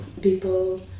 people